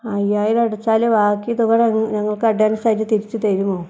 അയ്യായിരം അടച്ചാല് ബാക്കി തുക ഞങ്ങൾക്ക് അഡ്വാൻസായിട്ട് തിരിച്ച് തരുമോ